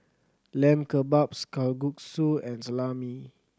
Lamb Kebabs Kalguksu and Salami